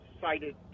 cited